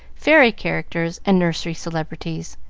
fairy characters, and nursery celebrities.